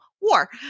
war